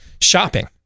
shopping